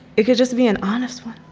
it could just be an honest one